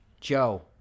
Joe